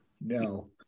no